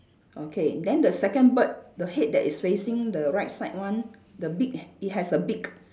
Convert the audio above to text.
okay then the second bird the head that is facing the right side one the beak it has a beak